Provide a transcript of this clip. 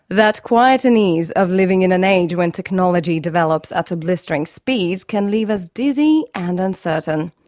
that quiet unease of living in an age when technology develops at a blistering speed can leave us dizzy and uncertain.